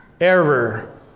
Error